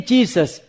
Jesus